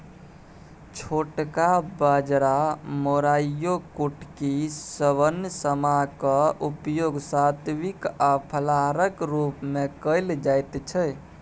छोटका बाजरा मोराइयो कुटकी शवन समा क उपयोग सात्विक आ फलाहारक रूप मे कैल जाइत छै